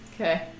Okay